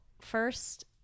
first